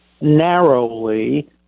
Narrowly